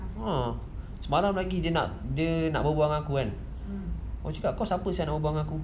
ah semalam lagi dia nak berbual dengan aku kan aku cakap siapa nak berbual dengan aku